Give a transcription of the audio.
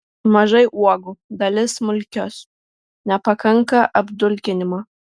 mažai uogų dalis smulkios nepakanka apdulkinimo